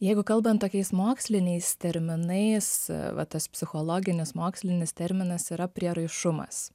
jeigu kalbant tokiais moksliniais terminais va tas psichologinis mokslinis terminas yra prieraišumas